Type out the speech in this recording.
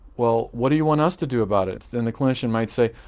well what do you want us to do about it. then the clinician might say,